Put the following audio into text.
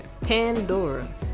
Pandora